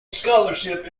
scholarship